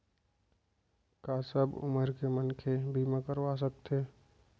का सब उमर के मनखे बीमा करवा सकथे?